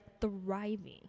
thriving